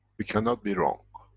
we cannot be wrong.